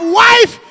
wife